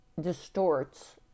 distorts